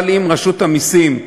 אבל אם רשות המסים,